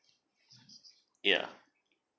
ya